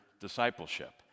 discipleship